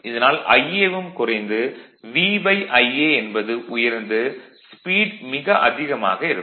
இதனால் Ia வும் குறைந்து VIa என்பது உயர்ந்து ஸ்பீட் மிக அதிகமாக இருக்கும்